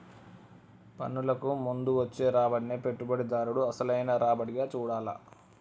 పన్నులకు ముందు వచ్చే రాబడినే పెట్టుబడిదారుడు అసలైన రాబడిగా చూడాల్ల